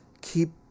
keep